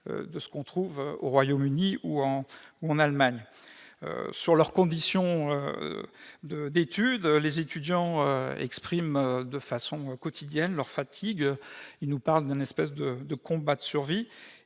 à peu près qu'au Royaume-Uni ou en Allemagne. Sur leurs conditions d'études, les étudiants expriment de façon quotidienne leur fatigue ; ils nous parlent d'une sorte de combat pour la survie.